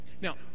Now